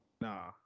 Nah